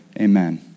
amen